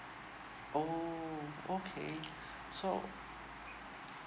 orh okay so